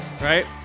Right